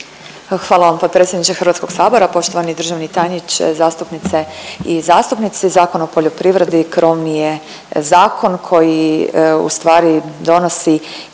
Hvala vam potpredsjedniče Hrvatskog sabora. Poštovani državni tajniče, zastupnice i zastupnici, Zakon o poljoprivredi krovni je zakon koji ustvari donosi